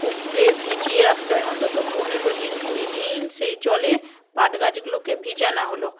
পুকুরে ভিজিয়ে রাখতে হয় অন্তত পনেরো দিন কুড়ি দিন সেই জলে পাট গাছগুলোকে ভিজানো হলো